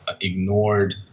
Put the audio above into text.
ignored